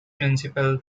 municipal